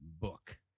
book